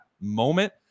moment